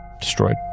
destroyed